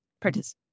participate